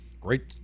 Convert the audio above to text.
great